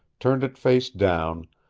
turned it face down,